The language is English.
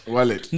Wallet